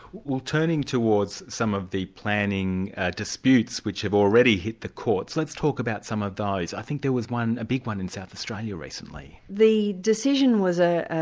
well turning towards some of the planning disputes which have already hit the courts. let's talk about some of those. i think there was one, a big one, in south australia recently? the decision was ah ah